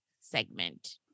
segment